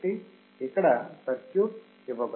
కాబట్టి ఇక్కడ సర్క్యూట్ ఇవ్వబడింది